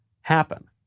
happen